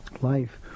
life